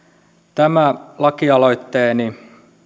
tämä lakialoitteeni